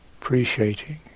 appreciating